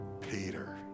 Peter